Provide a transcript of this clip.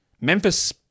Memphis